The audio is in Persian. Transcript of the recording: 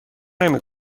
نمی